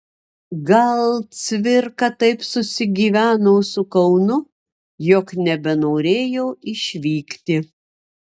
gal cvirka taip susigyveno su kaunu jog nebenorėjo išvykti